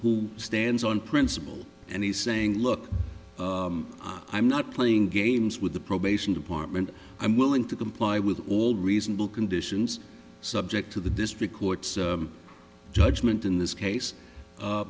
who stands on principle and he's saying look i'm not playing games with the probation department i'm willing to comply with all reasonable conditions subject to the district court's judgment in this case